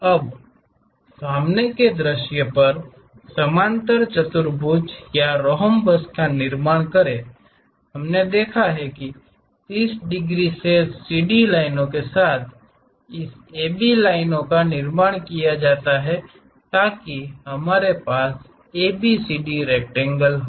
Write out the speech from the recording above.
अब सामने के दृश्य पर समांतर चतुर्भुज या रोम्बस का निर्माण करें हमने देखा है कि कैसे 30 डिग्री शेष CD लाइनों के साथ इस AB लाइन का निर्माण किया जाए ताकि हमारे पास यह ABCD रेक्टेंगल हो